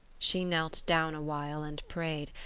she knelt down awhile and prayed,